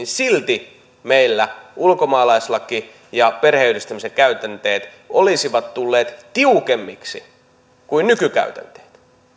silti meillä ulkomaalaislaki ja perheenyhdistämisen käytänteet olisivat tulleet tiukemmiksi kuin nykykäytänteet